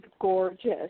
gorgeous